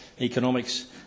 economics